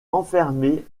enfermé